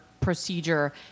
procedure